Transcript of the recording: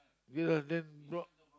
ya then block